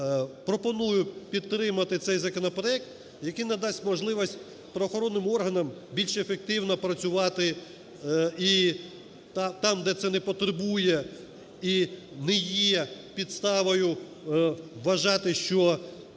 пропоную підтримати цей законопроект, який надасть можливість правоохоронним органам більш ефективно працювати і там, де це не потребує і не є підставою вважати, що